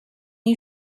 you